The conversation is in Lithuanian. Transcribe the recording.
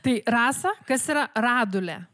tai rasa kas yra radulė